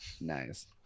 nice